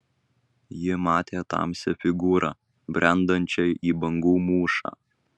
ji matė tamsią figūrą brendančią į bangų mūšą